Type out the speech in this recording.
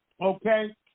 okay